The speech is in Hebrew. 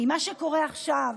ממה שקורה עכשיו,